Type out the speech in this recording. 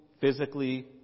physically